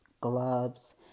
gloves